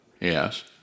yes